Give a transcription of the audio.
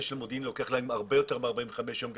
של מודיעין לוקח להם הרבה יותר מ-45 ימים,